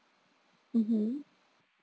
mmhmm